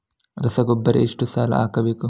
ರಸಗೊಬ್ಬರ ಎಷ್ಟು ಸಲ ಹಾಕಬೇಕು?